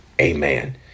amen